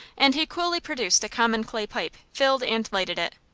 and he coolly produced a common clay pipe, filled and lighted it.